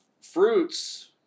Fruits